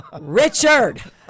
Richard